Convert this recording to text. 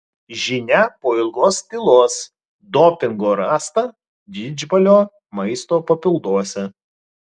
žinia po ilgos tylos dopingo rasta didžbalio maisto papilduose